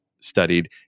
studied